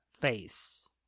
face